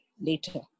later